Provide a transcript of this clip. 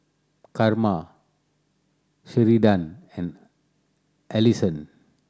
Karma Sheridan and Allyson